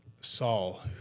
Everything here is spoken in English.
Saul